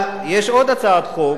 יש עוד הצעת חוק,